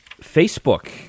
Facebook